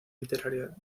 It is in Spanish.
literaria